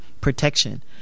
protection